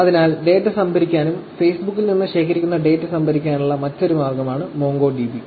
അതിനാൽ ഡാറ്റ സംഭരിക്കാനും ഫേസ്ബുക്കിൽ നിന്ന് ശേഖരിക്കുന്ന ഡാറ്റ സംഭരിക്കാനുമുള്ള മറ്റൊരു മാർഗമാണ് മോംഗോഡിബി